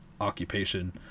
occupation